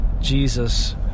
Jesus